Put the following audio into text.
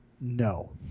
No